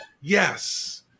Yes